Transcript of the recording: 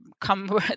come